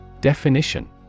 Definition